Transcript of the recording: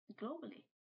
globally